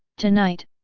tonight,